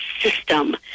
system